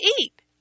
eat